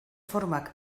formak